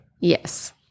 Yes